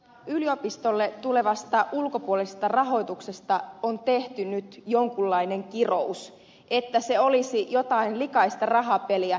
yliopistoille tulevasta ulkopuolisesta rahoituksesta on tehty nyt jonkunlainen kirous ikään kuin se olisi jotain likaista rahapeliä